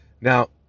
Now